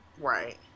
Right